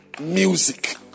Music